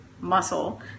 muscle